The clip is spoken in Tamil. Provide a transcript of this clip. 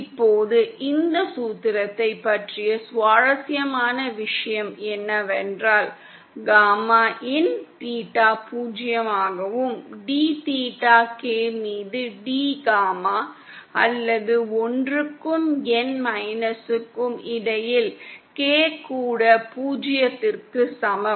இப்போது இந்த சூத்திரத்தைப் பற்றிய சுவாரஸ்யமான விஷயம் என்னவென்றால் காமாin தீட்டா பூஜ்ஜியமாகும் D தீட்டா K மீது D காமா அல்லது ஒன்றுக்கும் என் மைனஸுக்கும் இடையில் K கூட பூஜ்ஜியத்திற்கு சமம்